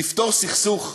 לפתור סכסוך,